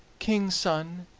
king's son,